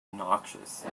noxious